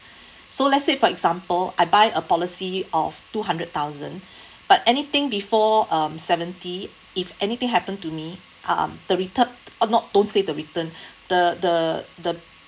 so let's say for example I buy a policy of two hundred thousand but anything before um seventy if anything happen to me um the retu~ oh not don't say the return the the the